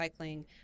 recycling